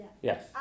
Yes